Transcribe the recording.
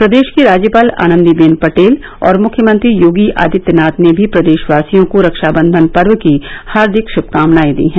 प्रदेश की राज्यपाल आनन्दीवेन पटेल और मुख्यमंत्री योगी आदित्यनाथ ने भी प्रदेशवासियों को रक्षावंधन पर्व की हार्दिक श्भकामनाएं दी हैं